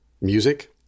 music